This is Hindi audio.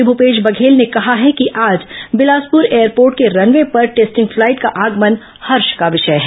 मुख्यमंत्री भूपेश बघेल ने कहा है कि आज बिलासपुर एयरपोर्ट के रनवे पर टेस्टिंग फ्लाइट का आगमन हर्ष का विषय है